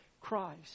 Christ